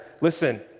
listen